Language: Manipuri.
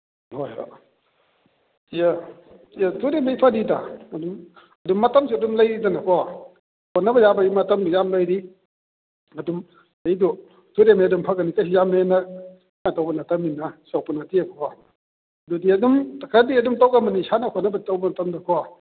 ꯍꯣꯏ ꯍꯣꯏ ꯊꯨꯅꯗꯤ ꯐꯅꯤꯗ ꯑꯗꯨꯝ ꯃꯇꯝꯁꯨ ꯑꯗꯨꯝ ꯂꯩꯔꯤꯗꯅꯀꯣ ꯍꯣꯠꯅꯕ ꯌꯥꯕꯒꯤ ꯃꯇꯝ ꯌꯥꯝ ꯂꯩꯔꯤ ꯑꯗꯨꯝ ꯆꯍꯤꯗꯨ ꯊꯨꯅ ꯑꯗꯨꯝ ꯐꯒꯅꯤ ꯆꯍꯤ ꯌꯥꯝ ꯍꯦꯟꯅ ꯇꯧꯕ ꯅꯠꯇꯕꯅꯤꯅ ꯁꯣꯛꯄ ꯅꯠꯇꯦꯕꯀꯣ ꯑꯗꯨꯗꯤ ꯑꯗꯨꯝ ꯈꯔꯗꯤ ꯑꯗꯨꯝ ꯇꯧꯒꯟꯕꯅꯤ ꯁꯥꯟꯅ ꯈꯣꯠꯅꯕ ꯇꯧꯕ ꯃꯇꯝꯗꯀꯣ